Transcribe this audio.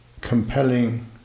compelling